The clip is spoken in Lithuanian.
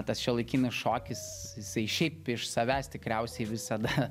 tas šiuolaikinis šokis jisai šiaip iš savęs tikriausiai visada